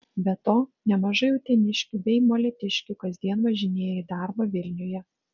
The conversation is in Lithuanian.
be to nemažai uteniškių bei molėtiškių kasdien važinėja į darbą vilniuje